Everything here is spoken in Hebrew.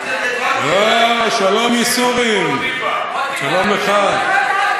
הו, שלום ייסורים, שלום לך.